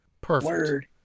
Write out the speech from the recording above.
perfect